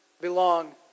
belong